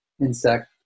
insect